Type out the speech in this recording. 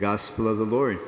gospel of the lord